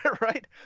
right